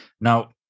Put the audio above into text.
Now